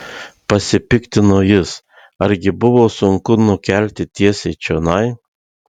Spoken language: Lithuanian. pasipiktino jis argi buvo sunku nukelti tiesiai čionai